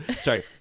sorry